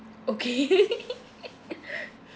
okay